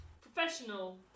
Professional